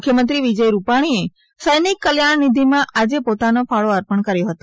મુખ્યમંત્રી વિજય રૂપાણીએ સૈનિક કલ્યાણ નિધિમાં આજે પોતાનો ફાળો અર્પણ કર્યો હતો